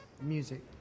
music